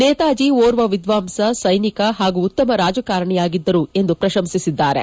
ನೇತಾಜಿ ಒರ್ವ ವಿದ್ವಾಂಸ ಸ್ಲೆನಿಕ ಹಾಗೂ ಉತ್ತಮ ರಾಜಕಾರಣಿಯಾಗಿದ್ದರು ಎಂದು ಪ್ರಶಂಸಿಸಿದ್ದಾರೆ